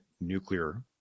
nuclear